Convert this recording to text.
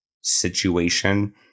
situation